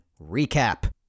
recap